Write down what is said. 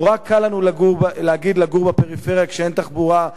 נורא קל להגיד לנו לגור בפריפריה כשאין תחבורה,